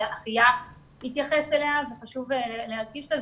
ואחיה התייחס אליה וחשוב להדגיש אותה.